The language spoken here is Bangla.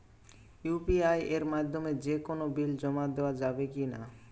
ইউ.পি.আই এর মাধ্যমে যে কোনো বিল জমা দেওয়া যাবে কি না?